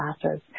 classes